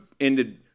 ended –